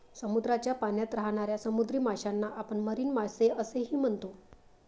समुद्राच्या पाण्यात राहणाऱ्या समुद्री माशांना आपण मरीन मासे असेही म्हणतो